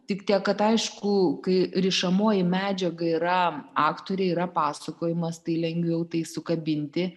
tik tiek kad aišku kai rišamoji medžiaga yra aktoriai yra pasakojimas tai lengviau tai sukabinti